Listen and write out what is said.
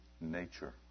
nature